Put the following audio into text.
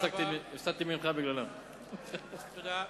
תודה.